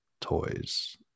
toys